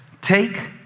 Take